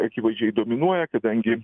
akivaizdžiai dominuoja kadangi